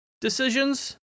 decisions